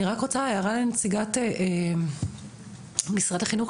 אני רק רוצה הערה לנציגת משרד החינוך,